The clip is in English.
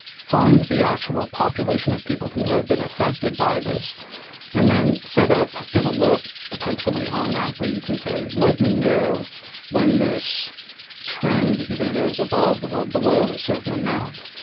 find the actual population of people who have been affected by this and then set up an alert potentially on that where you can say, let me know when this trend either goes above or below a certain amount.